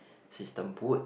system would